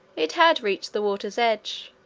it had reached the water's edge,